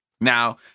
Now